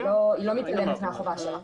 היא לא מתעלמת מהחובה שלה.